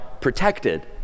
protected